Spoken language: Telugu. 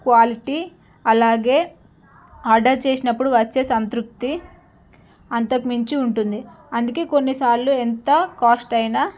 క్వాలిటీ అలాగే ఆర్డర్ చేసినప్పుడు వచ్చే సంతృప్తి అంతకుమించి ఉంటుంది అందుకే కొన్నిసార్లు ఎంత కాస్ట్ అయినా